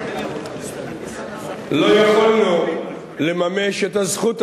לא יכולנו לממש את הזכות הזאת,